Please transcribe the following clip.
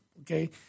okay